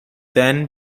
then